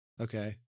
Okay